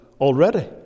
already